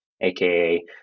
aka